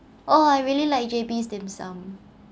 oh I really like J_B's dim sum